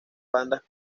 bandas